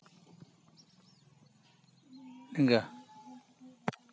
ᱞᱮᱸᱜᱟ